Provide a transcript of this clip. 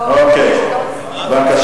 לא, מה את אומרת,